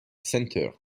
center